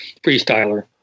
freestyler